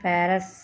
Paris